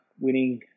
winning